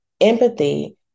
empathy